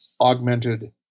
augmented